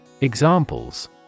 Examples